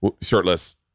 shirtless